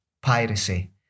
Piracy